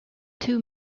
two